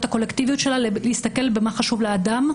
הקולקטיביות שלה להסתכלות על מה שחשוב לאדם,